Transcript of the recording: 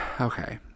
Okay